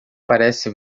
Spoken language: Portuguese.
parece